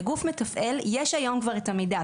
לגוף מתפעל יש היום כבר את המידע,